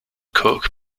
kook